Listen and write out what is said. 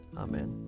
amen